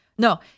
No